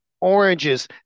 oranges